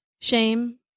shame